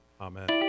Amen